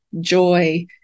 joy